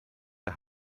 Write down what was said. der